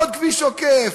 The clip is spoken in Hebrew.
עוד כביש עוקף,